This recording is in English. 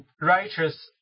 righteous